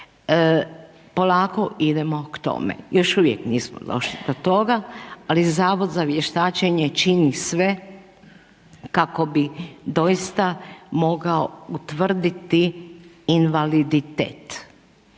Polako idemo k tome, još uvijek nismo došli do toga ali Zavod za vještačenje čini sve kako bi doista mogao utvrditi invaliditet.